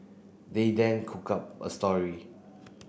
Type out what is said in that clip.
they then cooked up a story